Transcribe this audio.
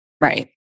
Right